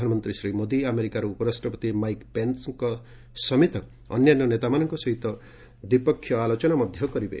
ପ୍ରଧାନମନ୍ତ୍ରୀ ଶ୍ରୀ ମୋଦି ଆମେରିକାର ଉପରାଷ୍ଟ୍ରପତି ମାଇକ୍ ପେନ୍ସଙ୍କ ସମେତ ଅନ୍ୟାନ୍ୟ ନେତାମାନଙ୍କ ସହିତ ଦ୍ୱିପକ୍ଷୀୟ ଆଲୋଚନା କରିବେ